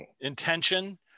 Intention